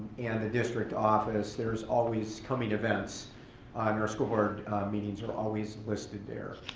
and the district office, there's always coming events our school board meetings are always listed there.